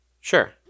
Sure